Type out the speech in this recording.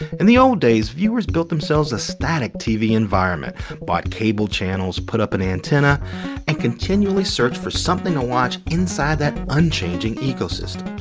in the old days, viewers built themselves a static tv environment bought cable channels, put up an antenna and continually searched for something to watch inside that unchanging ecosystem.